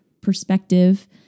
perspective